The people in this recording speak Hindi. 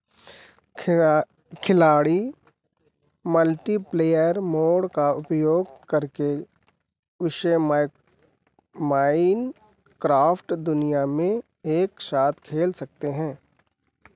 खिला खिलाड़ी मल्टीप्लेयर मोड़ का उपयोग करके उसे माइनक्राफ़्ट दुनिया में एक साथ खेल सकते हैं